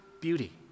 beauty